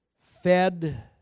fed